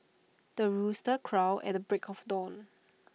the rooster crows at the break of dawn